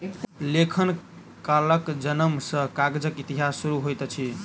लेखन कलाक जनम सॅ कागजक इतिहास शुरू होइत अछि